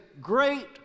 great